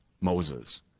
moses